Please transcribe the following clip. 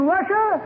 Russia